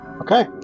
Okay